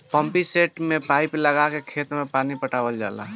pumpset में pipe लगा के खेत में पानी पटावल जाला